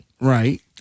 right